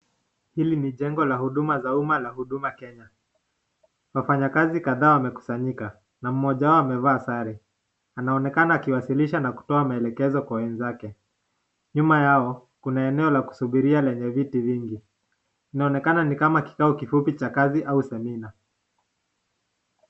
Hili ni jengo la umma za huduma Kenya, wafanyikazi kadhaa wamekusanyika na mmoja wao amevaa sare, anaonekana akiwasilisha na kutoa maelekezo kwa wenzake. Nyuma yao kuna eneo la kusubiria leenye viti vingi , inaonekana nikama kikao kifupi cha kazi au seminar .